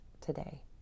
today